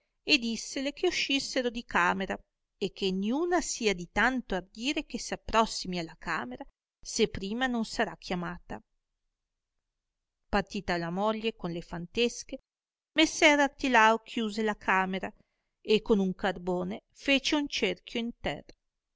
e dissele che uscissero di camera e che ninna sia di tanto ardire che s approssimi alla camera se prima non sarà chiamata partita la moglie con le fantesche messer artilao chiuse la camera e con un carbone fece un cerchio in terra